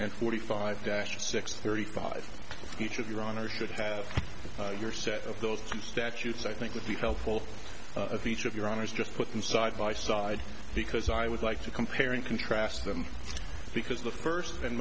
and forty five dash six thirty five each of your honor should have your set of those statutes i think would be helpful if each of your honors just put them side by side because i would like to compare and contrast them because the first and